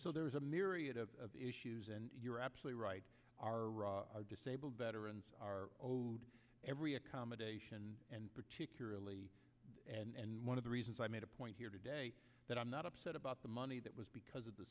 so there is a myriad of issues and you're absolutely right our disabled veterans are owed every accommodation and particularly and one of the reasons i made a point here today that i'm not upset about the money that was because of the